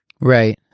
right